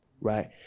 right